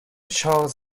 charles